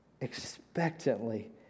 Expectantly